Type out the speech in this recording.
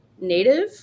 native